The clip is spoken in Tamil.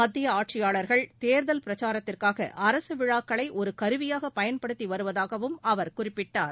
மத்திய ஆட்சியாளர்கள் தேர்தல் பிரச்சாரத்திற்காக அரசு விழாக்களை ஒரு கருவியாக பயன்படுத்தி வருவதாகவும் அவர் குறிப்பிட்டார்